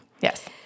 Yes